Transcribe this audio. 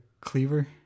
cleaver